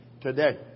today